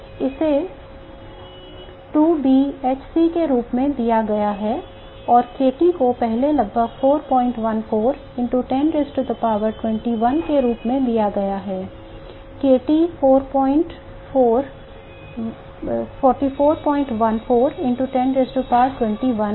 इसे 2B h c के रूप में दिया गया है और k T को पहले लगभग 414 into 10 21 के रूप में दिया गया है k T 4414 into 10 21 है